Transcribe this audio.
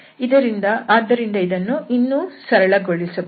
ಆದ್ದರಿಂದ ಇದನ್ನು ಇನ್ನೂ ಸರಳಗೊಳಿಸಬಹುದು